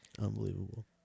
Unbelievable